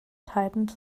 tightened